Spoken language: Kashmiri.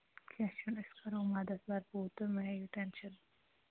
کیٚنہہ چھُنہٕ أسۍ کرو مدت بھرپوٗر تُہۍ مہٕ ہیٚیِو ٹٮ۪نٛشَن